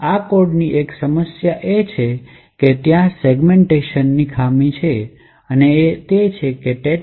આ કોડની એક સમસ્યા એ છે કે ત્યાં સેગમેન્ટેશન ખામી છે અને તે એ છે કે 10